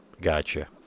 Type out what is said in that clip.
gotcha